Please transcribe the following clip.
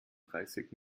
dreißig